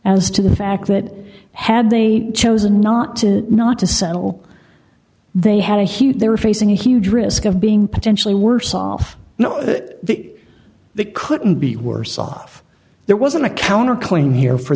as to the fact that had they chosen not to not to settle they had a huge they were facing huge risk of being potentially worse off you know that they couldn't be worse off there wasn't a counter claim here for